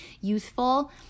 youthful